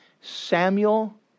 Samuel